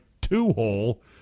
two-hole